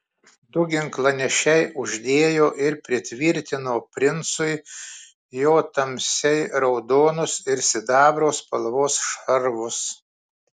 du ginklanešiai uždėjo ir pritvirtino princui jo tamsiai raudonus ir sidabro spalvos šarvus